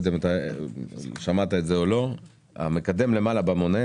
שינוי: המקדם במונה,